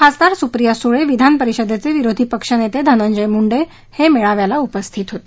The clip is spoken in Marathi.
खासदार सुप्रिया सुळे विधान परिषदेचे विरोधी पक्ष नेते धनजंय मुंडे मेळाव्याला उपस्थित होते